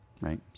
Right